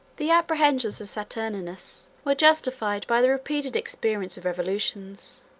the apprehensions of saturninus were justified by the repeated experience of revolutions.